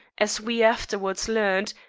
as we afterwards learned,